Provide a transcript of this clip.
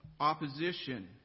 Opposition